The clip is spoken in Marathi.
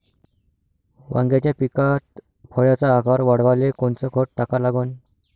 वांग्याच्या पिकात फळाचा आकार वाढवाले कोनचं खत टाका लागन?